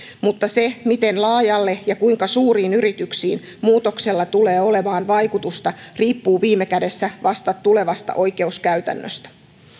mutta se miten laajalle ja kuinka suuriin yrityksiin muutoksella tulee olemaan vaikutusta riippuu viime kädessä vasta tulevasta oikeuskäytännöstä